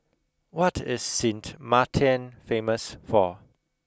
what is Sint Maarten famous for